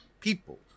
people